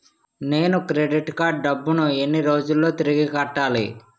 నేను credit card డబ్బును ఎన్ని రోజుల్లో తిరిగి కట్టాలి?